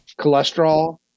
Cholesterol